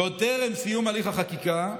ועוד בטרם סיום הליך החקיקה,